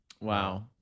Wow